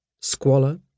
Squalor